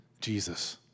Jesus